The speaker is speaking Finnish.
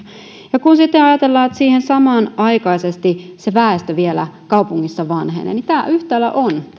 ja kun sitten ajatellaan että samanaikaisesti väestö vielä kaupungissa vanhenee niin tämä yhtälö on